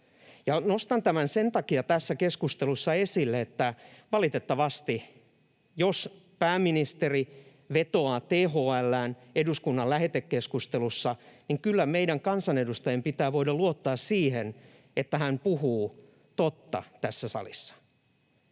Nostan tämän esille tässä keskustelussa sen takia, että valitettavasti, jos pääministeri vetoaa THL:ään eduskunnan lähetekeskustelussa, meidän kansanedustajien kyllä pitää voida luottaa siihen, että hän puhuu totta tässä salissa,